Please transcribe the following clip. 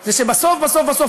זה שבסוף בסוף בסוף,